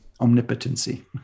Omnipotency